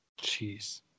Jeez